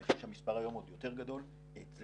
אני חושב שהמספר היום עוד יותר גדול,